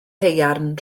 haearn